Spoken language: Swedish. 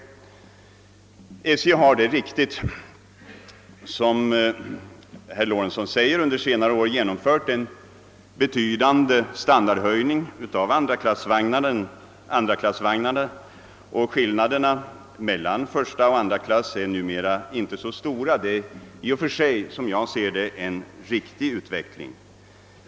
Det är riktigt att SJ, såsom herr Lorentzon påpekar, under senare år genomfört en betydande standardhöjning av andraklassvagnarna. Skillnaden mellan första och andra klass är numera inte så stor. Detta är som jag ser det en riktig utveckling.